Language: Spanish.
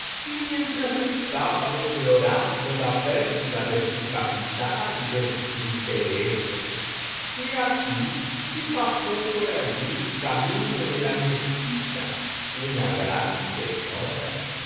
y mientras estaba deplorando la pérdida de su capital y de sus intereses he aquí que pasó por allí camino de la mezquita una gran señora